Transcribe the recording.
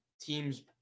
teams